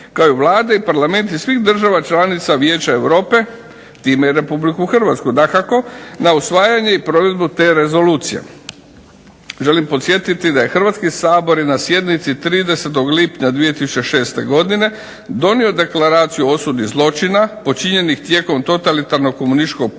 kao i Vlade i Parlamenti svih država članica Vijeća Europe time i RH. Dakako, na usvajanje i provedbu te rezolucije. Želim podsjetiti da je Hrvatski sabor i na sjednici 30. lipnja 2006. godine donio Deklaraciju o osudi zločina počinjenih tijekom totalitarnog komunističkog pokreta